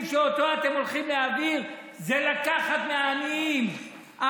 שאתם הולכים להעביר זה לקחת מהעניים.